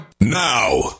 now